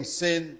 sin